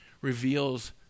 reveals